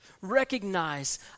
Recognize